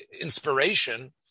inspiration